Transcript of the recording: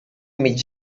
mig